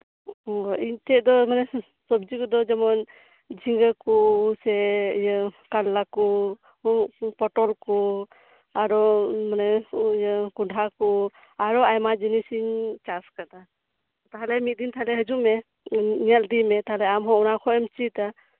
ᱚ ᱤᱧ ᱴᱷᱮᱱ ᱫᱚ ᱢᱟᱱᱮ ᱥᱚᱵᱽᱡᱤ ᱠᱚᱫᱚ ᱡᱮᱢᱚᱱ ᱡᱷᱤᱸᱜᱟᱹ ᱠᱚ ᱥᱮ ᱤᱭᱟᱹ ᱠᱟᱞᱞᱟ ᱠᱚ ᱩᱫ ᱠᱚ ᱯᱚᱴᱚᱞ ᱠᱚ ᱟᱨᱚ ᱢᱟᱱᱮ ᱤᱭᱟᱹ ᱠᱚᱰᱷᱟ ᱠᱚ ᱟᱨᱚ ᱟᱭᱢᱟ ᱡᱤᱱᱤᱥᱤᱧ ᱪᱟᱥ ᱠᱟᱫᱟ ᱛᱟᱦᱞᱮ ᱢᱤᱜᱫᱤᱱ ᱛᱟᱦᱞᱮ ᱦᱟᱡᱩᱜ ᱢᱮ ᱧᱮᱞ ᱤᱫᱤᱢᱮ ᱛᱟᱞᱦᱮ ᱟᱢ ᱦᱚᱸ ᱚᱱᱟ ᱠᱷᱚᱡ ᱮᱢ ᱪᱮᱫᱟ